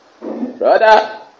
brother